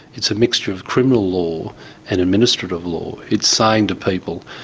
it's a mixture of criminal law and administrative law. it's saying to people,